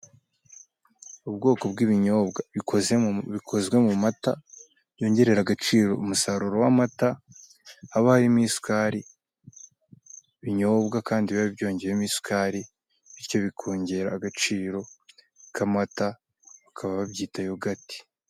Ubwoko bw'ibinyobwa bikozwe mu mata byongerera agaciro umusaruro w'amata haba harimo isukari binyobwa kandi biba byongewemo isukari bityo bikongera agaciro k'amata bakaba babyita yogati.